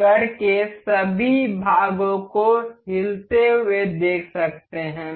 करके सभी भागों को हिलते हुए देख सकते हैं